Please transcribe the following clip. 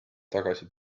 tagasi